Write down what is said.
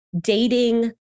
dating